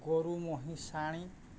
ᱜᱩᱨᱩ ᱢᱳᱦᱤ ᱥᱟᱲᱤ